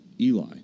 Eli